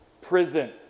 prison